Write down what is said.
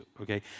okay